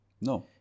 no